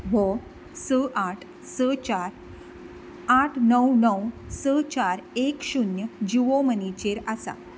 हो स आठ स चार आठ णव णव स चार एक शून्य जियो मनीचेर आसा